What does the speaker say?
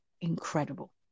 incredible